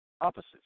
opposites